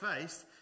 faced